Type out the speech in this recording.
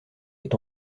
est